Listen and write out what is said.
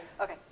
Okay